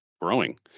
growing